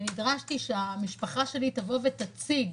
ונדרשתי שהמשפחה שלי תבוא ותציג